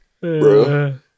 bro